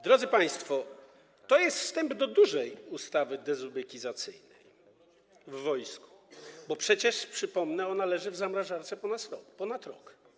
Drodzy państwo, to jest wstęp do dużej ustawy dezubekizacyjnej w wojsku, bo przecież, przypomnę, ona leży w zamrażarce ponad rok.